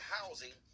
Housing